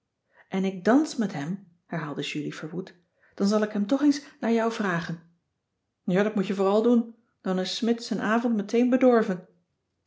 en ik dans met hem herhaalde julie verwoed dan zal ik hem toch eens naar jou vragen ja dat moet je vooral doen dan is smidt z'n avond meteen bedorven